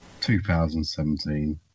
2017